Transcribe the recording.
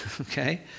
okay